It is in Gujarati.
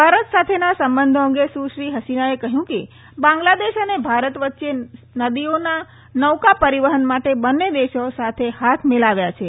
ભારત સાથેના સંબંધો અંગે સુશ્રી હસીનાએ કહ્યું કે બાંગ્લાદેશ અને ભારત વચ્ચે નદીઓના નૌકાપરિવહન માટે બંને દેશો સાથે હાથ મિલાવ્યા છે